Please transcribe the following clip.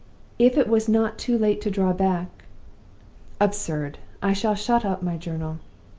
if it was not too late to draw back absurd! i shall shut up my journal.